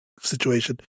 situation